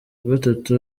gatatu